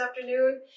afternoon